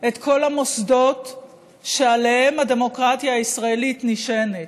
את כל המוסדות שעליהם הדמוקרטיה הישראלית נשענת.